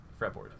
fretboard